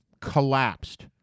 collapsed